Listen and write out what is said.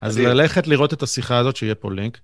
אז ללכת לראות את השיחה הזאת, שיהיה פה לינק.